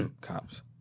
Cops